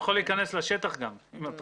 הוא לא יכול להיכנס לשטח עם הטרקטור.